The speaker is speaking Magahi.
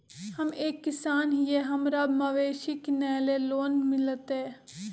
हम एक किसान हिए हमरा मवेसी किनैले लोन मिलतै?